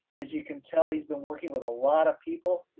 as you can tell, he's been working with a lot of people.